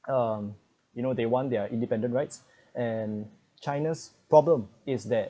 um you know they want their independent rights and china's problem is that